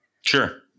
Sure